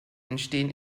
entstehen